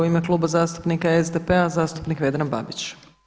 U ime Kluba zastupnika SDP-a zastupnik Vedran Babić.